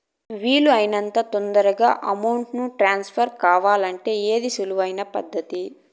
వీలు అయినంత తొందరగా అమౌంట్ ను ట్రాన్స్ఫర్ కావాలంటే ఏది సులువు అయిన పద్దతి